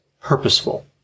purposeful